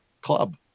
club